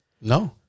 No